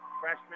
Freshman